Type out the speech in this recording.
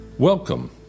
Welcome